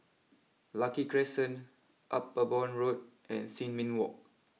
Lucky Crescent Upavon Road and Sin Ming walk